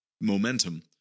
momentum